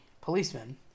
policeman